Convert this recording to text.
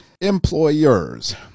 employers